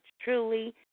truly